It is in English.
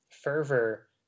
fervor